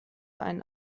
ein